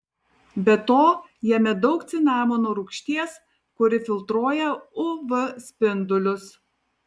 be to jame daug cinamono rūgšties kuri filtruoja uv spindulius